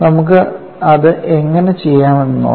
നമുക്ക് അത് എങ്ങനെ ചെയ്യാമെന്ന് നോക്കാം